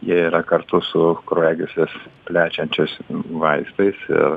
jie yra kartu su kraujagysles plečiančiais vaistais ir